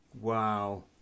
Wow